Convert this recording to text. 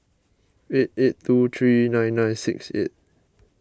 eight eight two three nine nine six eight